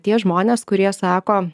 tie žmonės kurie sako